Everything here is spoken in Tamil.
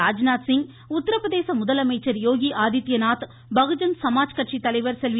ராஜ்நாத்சிங் உத்தரப்பிரதேச முதலமைச்சர் யோகி ஆதித்திய நாத் பகுஜன் சமாஜ் கட்சித்தலைவர் செல்வி